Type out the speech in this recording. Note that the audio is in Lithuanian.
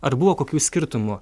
ar buvo kokių skirtumų